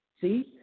See